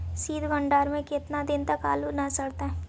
सित भंडार में के केतना दिन तक आलू न सड़तै?